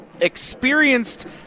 experienced